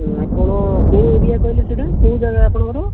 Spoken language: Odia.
ଆପଣ କେଉଁ ଏରିଆ କହିଲେ ସେହିଟା କେଉଁ ଯାଗା ଆପଣଙ୍କର